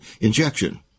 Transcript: injection